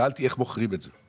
שאלתי איך מוכרים את זה.